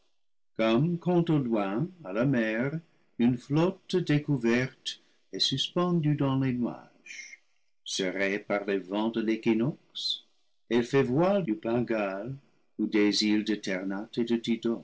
comme quand au loin à la mer une flotte découverte est suspendue dans les nuages serrée par les vents de l'équinoxe elle fait voile du bengale ou des îles